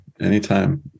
Anytime